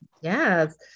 Yes